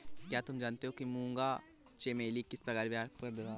क्या तुम जानते हो कि मूंगा चमेली किस परिवार का पौधा है?